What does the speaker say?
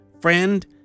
Friend